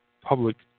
public